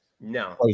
No